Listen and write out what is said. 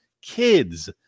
kids